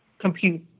compute